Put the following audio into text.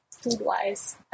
food-wise